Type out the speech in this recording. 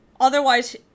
otherwise